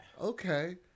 Okay